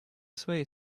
своей